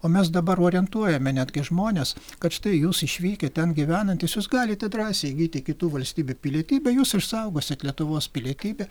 o mes dabar orientuojame netgi žmones kad štai jūs išvykę ten gyvenantys jūs galite drąsiai įgyti kitų valstybių pilietybę jūs išsaugosit lietuvos pilietybę